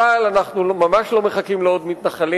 אבל אנחנו ממש לא מחכים לעוד מתנחלים,